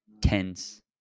tense